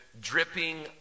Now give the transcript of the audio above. dripping